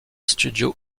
studio